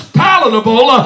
palatable